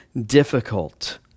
difficult